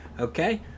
okay